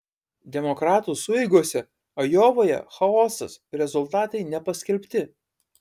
demokratų sueigose ajovoje chaosas rezultatai nepaskelbti